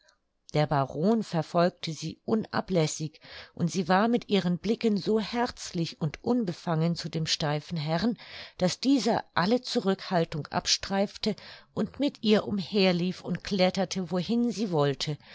der baron verfolgte sie unablässig und sie war mit ihren blicken so herzlich und unbefangen zu dem steifen herrn daß dieser alle zurückhaltung abstreifte und mit ihr umher lief und kletterte wohin sie wollte